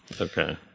Okay